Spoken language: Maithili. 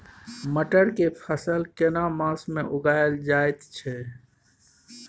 मटर के फसल केना मास में उगायल जायत छै?